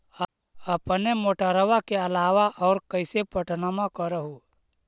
अपने मोटरबा के अलाबा और कैसे पट्टनमा कर हू?